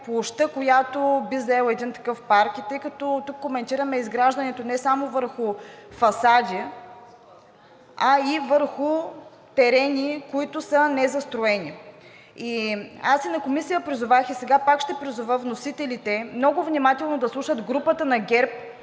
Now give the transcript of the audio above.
площта, която би заел един такъв парк и тъй като тук коментираме изграждането не само върху фасади, а и върху терени, които са незастроени. Аз и на комисия призовах и сега пак ще призова вносителите много внимателно да слушат групата на ГЕРБ